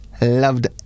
loved